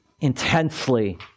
intensely